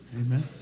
amen